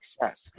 success